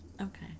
Okay